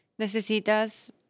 Necesitas